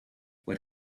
what